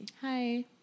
Hi